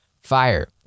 fire